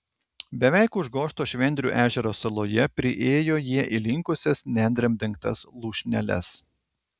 beveik užgožto švendrių ežero saloje priėjo jie įlinkusias nendrėm dengtas lūšneles